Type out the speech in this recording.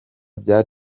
bya